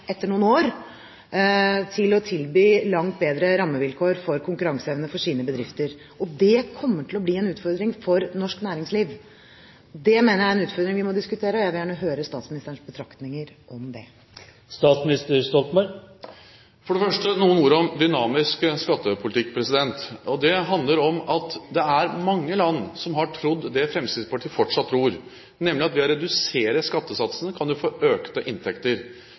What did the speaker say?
etter noen år å tilby langt bedre rammevilkår for konkurranseevnen til sine bedrifter. Det kommer til å bli en utfordring for norsk næringsliv. Det mener jeg er en utfordring vi må diskutere, og jeg vil gjerne høre statsministerens betraktninger om det. For det første noen ord om dynamisk skattepolitikk. Det handler om at det er mange land som har trodd det Fremskrittspartiet fortsatt tror, nemlig at ved å redusere skattesatsene kan man få økte inntekter.